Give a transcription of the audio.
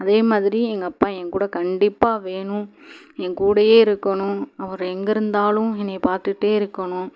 அதே மாதிரி எங்கள் அப்பா என் கூட கண்டிப்பாக வேணும் என்கூடயே இருக்கணும் அவர் எங்கே இருந்தாலும் என்னை பார்த்துட்டே இருக்கணும்